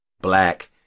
black